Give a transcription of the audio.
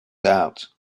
out